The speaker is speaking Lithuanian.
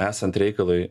esant reikalui